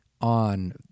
on